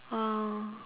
ah